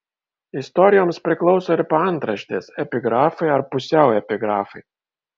istorijoms priklauso ir paantraštės epigrafai ar pusiau epigrafai